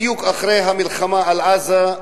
בדיוק אחרי המלחמה על עזה,